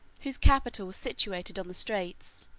whose capital was situated on the straits,